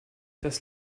das